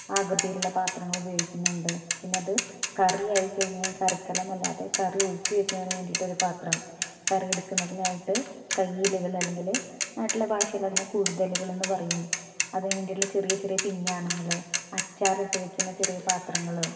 ആകൃതിയിലുള്ള പാത്രങ്ങളുപയോഗിക്കുന്നുണ്ട് പിന്നത് കറിയായി കഴിഞ്ഞ് കഴിഞ്ഞാൽ കറിക്കലമല്ലാതെ കറി ഒഴിച്ച് വെക്കുന്നതിന് വേണ്ടിയിട്ടൊരു പാത്രം കറി എടുക്കുന്നതിനായിട്ട് കയിലുകളല്ലങ്കില് നാട്ടിലെ ഭാഷയിലതിനെ കൂടുതലുകളെന്ന് പറയും അതിന് വേണ്ടിയിട്ടുള്ള ചെറിയ ചെറിയ പിഞ്ഞാണങ്ങള് അച്ചാറിട്ട് വയ്ക്കുന്ന ചെറിയ പാത്രങ്ങള്